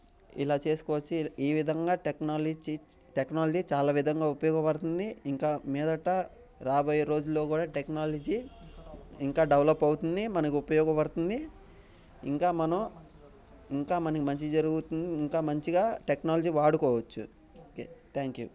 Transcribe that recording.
ఇలా చేసుకోవచ్చు ఈ విధంగా టెక్నాలజీ టెక్నాలజీ చాలా విధంగా ఉపయోగపడుతుంది ఇకమీదట రాబోయే రోజుల్లో కూడా టెక్నాలజీ ఇంకా డెవలప్ అవుతుంది మనకు ఉపయోగపడుతుంది ఇంకా మనం ఇంకా మనకి మంచి ఇంకా మంచిగా టెక్నాలజీ వాడుకోవచ్చు ఓకే థ్యాంక్ యూ